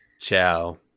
Ciao